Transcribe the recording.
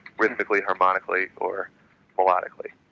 rhythmically, harmonically, or melodically,